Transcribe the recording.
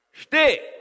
Stick